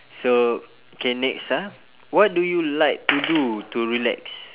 so K next ah what do you like to do to relax